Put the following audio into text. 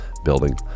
building